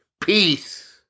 peace